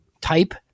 type